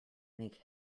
make